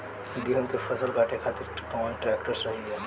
गेहूँ के फसल काटे खातिर कौन ट्रैक्टर सही ह?